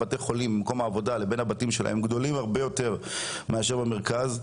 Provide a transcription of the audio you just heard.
בבתי החולים גדולים הרבה יותר מאשר במרכז,